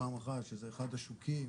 פעם אחת שזה אחד השווקים